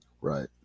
Right